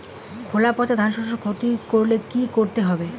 খোলা পচা ধানশস্যের ক্ষতি করলে কি করতে হবে?